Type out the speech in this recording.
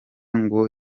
ngo